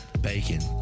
Bacon